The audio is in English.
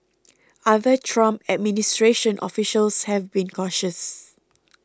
other Trump administration officials have been cautious